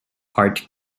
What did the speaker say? heart